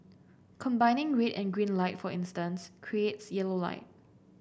combining read and green light for instance creates yellow light